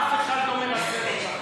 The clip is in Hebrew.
אף אחד לא מנצל אותה.